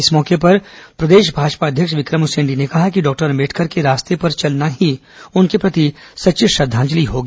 इस मौके पर प्रदेश भाजपा अध्यक्ष विक्रम उसेंडी ने कहा कि डॉक्टर अंबेडकर के रास्ते पर चलना ही उनके प्रति सच्ची श्रद्धांजलि होगी